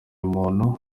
umuntu